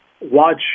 watch